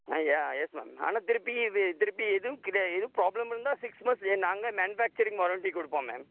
ஆ yeah yes ma'am ஆனால் திருப்பி வி திருப்பி எதுவும் கிடையாது எதுவும் ப்ராப்ளம் இருந்தால் சிக்ஸ் மந்த்ஸ்லையே நாங்கள் மேனுஃபேக்ச்சரிங் வாரண்டி கொடுப்போம் மேம்